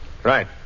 Right